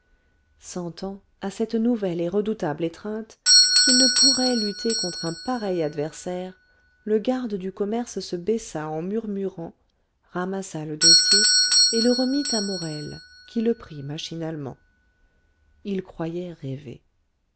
sentant à cette nouvelle et redoutable étreinte qu'il ne pourrait lutter contre un pareil adversaire le garde du commerce se baissa en murmurant ramassa le dossier et le remit à morel qui le prit machinalement il croyait rêver